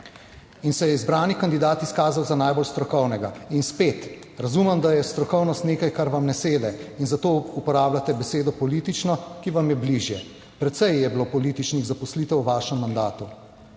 in se je izbrani kandidat izkazal za najbolj strokovnega. In spet razumem, da je strokovnost nekaj, kar vam ne sede in za to uporabljate besedo politično, ki vam je bližje. Precej je bilo političnih zaposlitev v vašem mandatu.